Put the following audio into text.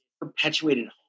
perpetuated